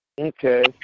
Okay